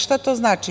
Šta to znači?